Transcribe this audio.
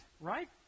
right